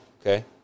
okay